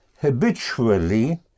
habitually